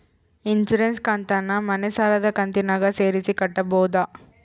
Insurance ಕಂತನ್ನ ಮನೆ ಸಾಲದ ಕಂತಿನಾಗ ಸೇರಿಸಿ ಕಟ್ಟಬೋದ?